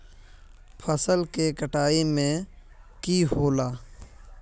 फसल के कटाई में की होला?